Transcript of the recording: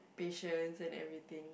patience and everything